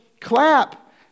clap